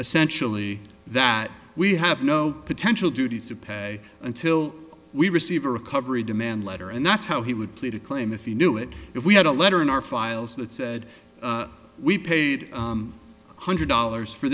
essentially that we have no potential duties to pay until we receive a recovery demand letter and that's how he would plea to claim if he knew it if we had a letter in our files that said we paid one hundred dollars for